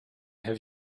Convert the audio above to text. have